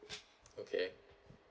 okay